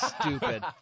stupid